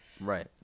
right